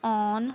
on